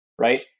Right